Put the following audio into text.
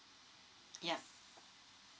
ya